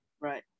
Right